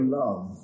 love